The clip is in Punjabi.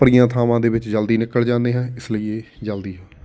ਭਰੀਆਂ ਥਾਂਵਾਂ ਦੇ ਵਿੱਚ ਜਲਦੀ ਨਿਕਲ ਜਾਂਦੇ ਹਾਂ ਇਸ ਲਈ ਇਹ ਜਲਦੀ ਹੈ